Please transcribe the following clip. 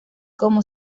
como